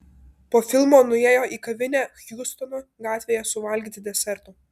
po filmo nuėjo į kavinę hjustono gatvėje suvalgyti deserto